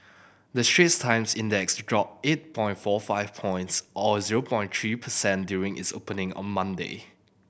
the Straits Times Index dropped eight point four five points or zero point three per cent during its opening on Monday